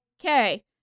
okay